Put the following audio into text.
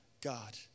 God